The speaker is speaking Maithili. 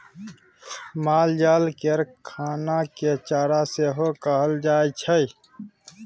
मालजाल केर खाना केँ चारा सेहो कहल जाइ छै